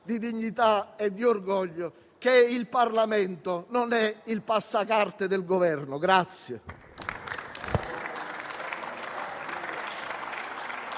di dignità e di orgoglio, che il Parlamento non è il passacarte del Governo.